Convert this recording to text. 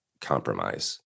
compromise